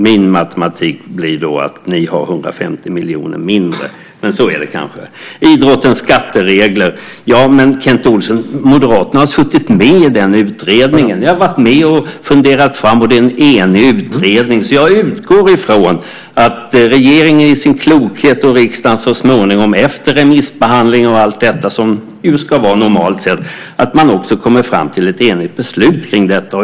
Min matematik blir då att ni har 150 miljoner mindre, men så är det kanske. När det gäller idrottens skatteregler, Kent Olsson, har Moderaterna suttit med i den utredningen. Ni har varit med och funderat fram det, och det är en enig utredning. Så jag utgår ifrån att regeringen i sin klokhet, och riksdagen så småningom efter remissbehandling och allt som ska vara normalt sett, kommer fram till ett enigt beslut kring detta.